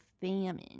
famine